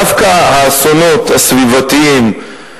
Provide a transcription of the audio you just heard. שדווקא האסונות הסביבתיים,